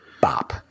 bop